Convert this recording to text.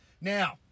Now